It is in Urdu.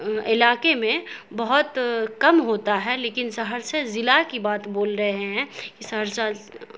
علاقے میں بہت کم ہوتا ہے لیکن سہرسہ ضلع کی بات بول رہے ہیں کہ سہرسہ